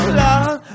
love